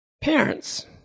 Parents